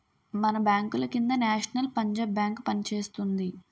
మన బాంకుల కింద నేషనల్ పంజాబ్ బేంకు పనిచేస్తోంది